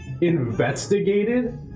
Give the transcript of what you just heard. investigated